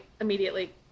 immediately